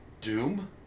Doom